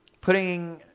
Putting